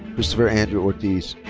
christopher andrew ortiz.